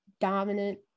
dominant